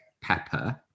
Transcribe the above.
pepper